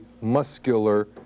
muscular